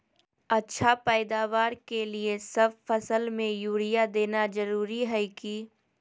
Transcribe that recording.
अच्छा पैदावार के लिए सब फसल में यूरिया देना जरुरी है की?